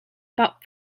about